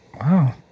Wow